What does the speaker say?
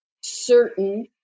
certain